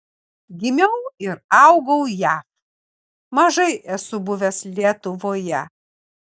gimiau ir augau jav mažai esu buvęs lietuvoje